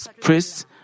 priests